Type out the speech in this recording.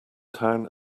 town